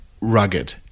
rugged